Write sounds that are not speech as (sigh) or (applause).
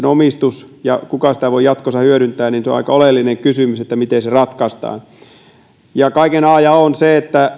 (unintelligible) omistus ja kuka sitä voi jatkossa hyödyntää se on aika oleellinen kysymys miten se ratkaistaan kaiken a ja o on se että